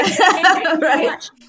Right